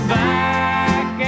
back